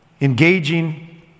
engaging